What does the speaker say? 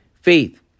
faith